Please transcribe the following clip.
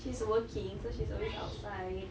she's working so she's always outside